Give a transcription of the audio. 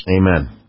Amen